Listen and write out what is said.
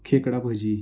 खेकडा भजी